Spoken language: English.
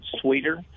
sweeter